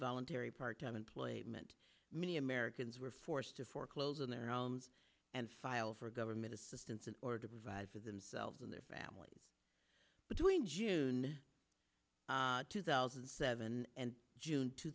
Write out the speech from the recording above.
involuntary part time employment many americans were forced to foreclose on their own and file for government assistance in order to provide for themselves and their families between june two thousand and seven and june two